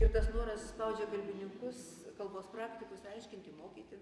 ir tas noras spaudžia kalbininkus kalbos praktikus aiškinti mokyti